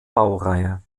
baureihe